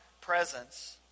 presence